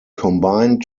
combine